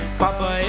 papa